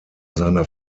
seiner